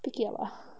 pick it up ah